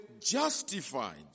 justified